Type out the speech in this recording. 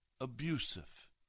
abusive